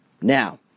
Now